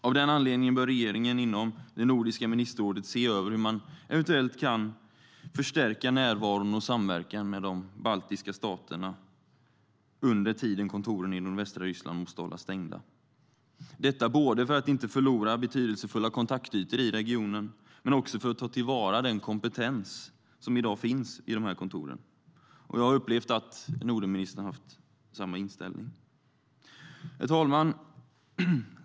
Av den anledningen bör regeringen inom det nordiska ministerrådet se över hur man eventuellt kan förstärka närvaron och samverkan med de baltiska staterna under den tid som kontoren i nordvästra Ryssland måste hållas stängda - detta både för att inte förlora betydelsefulla kontaktytor i regionen och för att ta till vara den kompetens som i dag finns vid dessa kontor. Jag upplever att Nordenministern har haft samma inställning. Herr talman!